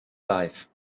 life